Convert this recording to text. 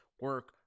Work